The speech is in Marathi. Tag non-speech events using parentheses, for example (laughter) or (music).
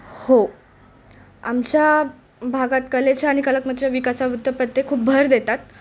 हो आमच्या भागात कलेच्या आणि (unintelligible) विकासात वृत्तपत्रे खूप भर देतात